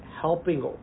helping